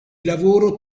lavoro